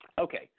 Okay